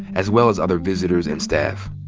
as well as other visitors and staff.